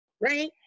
right